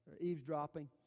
eavesdropping